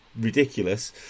ridiculous